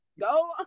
Go